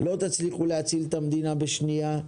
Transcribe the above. לא תצליחו להציל את המדינה בשנייה.